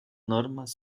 normas